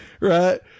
right